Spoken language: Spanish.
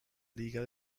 liga